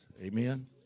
Amen